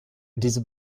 diese